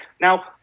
now